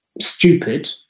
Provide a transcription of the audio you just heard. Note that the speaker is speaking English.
stupid